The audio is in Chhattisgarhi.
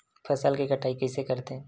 फसल के कटाई कइसे करथे?